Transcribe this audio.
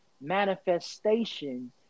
manifestation